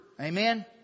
Amen